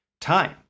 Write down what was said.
time